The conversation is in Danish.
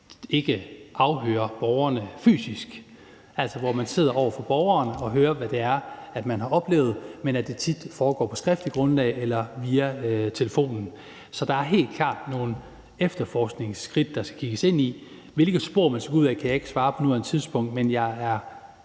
ikke afhører borgerne fysisk, altså hvor man sidder over for borgerne og hører, hvad det er, de har oplevet, men at det tit foregår på et skriftligt grundlag eller via telefonen. Så der er helt klart nogle efterforskningsskridt, der skal kigges ind i. Hvilket spor man skal gå ud ad, kan jeg ikke svare på på nuværende tidspunkt, men jeg